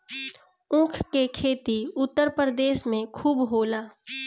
ऊख के खेती उत्तर प्रदेश में खूब होला